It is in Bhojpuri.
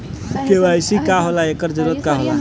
के.वाइ.सी का होला एकर जरूरत का होला?